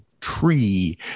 tree